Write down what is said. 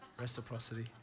Reciprocity